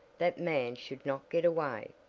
that man should not get away!